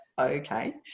okay